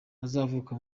uzavuka